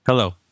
Hello